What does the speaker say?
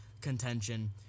contention